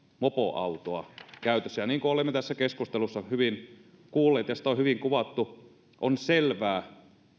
mopoautoa käytössä niin kuin olemme tässä keskustelussa hyvin kuulleet ja sitä on hyvin kuvattu on selvää